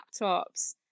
laptops